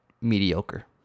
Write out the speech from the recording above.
mediocre